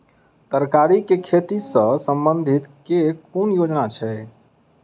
तरकारी केँ खेती सऽ संबंधित केँ कुन योजना छैक?